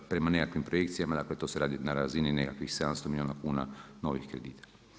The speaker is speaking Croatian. Prema nekakvim projekcijama to se radi na razini nekakvih 700 milijuna kuna novih kredita.